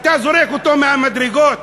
אתה זורק אותו מהמדרגות?